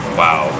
wow